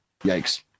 yikes